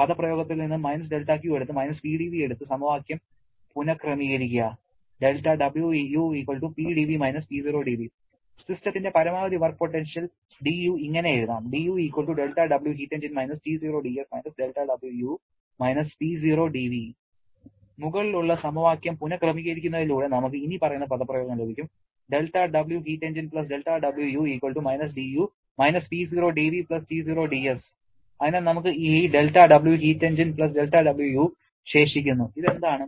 പദപ്രയോഗത്തിൽ നിന്ന് -δQ എടുത്ത് −PdV എടുത്ത് സമവാക്യം പുനക്രമീകരിക്കുക δWu PdV - P0dV സിസ്റ്റത്തിന്റെ പരമാവധി വർക്ക് പൊട്ടൻഷ്യൽ dU ഇങ്ങനെ എഴുതാം dU δWHE - T0 dS - δWu - P0dV മുകളിലുള്ള സമവാക്യം പുനക്രമീകരിക്കുന്നതിലൂടെ നമുക്ക് ഇനിപ്പറയുന്ന പദപ്രയോഗം ലഭിക്കും δWHE δWu - dU - P0dV T0 dS അതിനാൽ നമുക്ക് ഈ 'δWHE δWu' ശേഷിക്കുന്നു ഇത് എന്താണ്